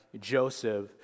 Joseph